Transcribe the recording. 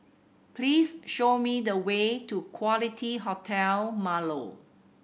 please show me the way to Quality Hotel Marlow